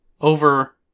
Over